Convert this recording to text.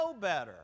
better